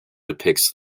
depicts